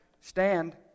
stand